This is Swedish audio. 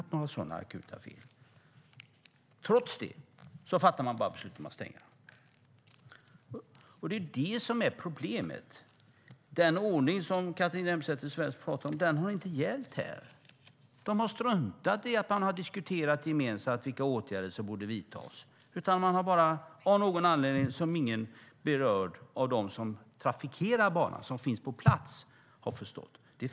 Trots det fattar man beslut om att stänga den. Det är problemet. Den ordning som Catharina Elmsäter-Svärd talar om har inte hjälpt. De har struntat i att man gemensamt diskuterat vilka åtgärder som borde vidtas. Ingen av dem som trafikerar banan, de som finns på plats, har förstått anledningen till det.